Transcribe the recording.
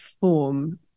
form